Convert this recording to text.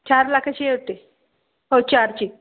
चार लाखाची होती हो चारची